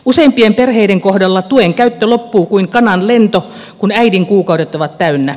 useimpien perheiden kohdalla tuen käyttö loppuu kuin kananlento kun äidin kuukaudet ovat täynnä